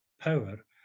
power